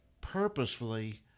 purposefully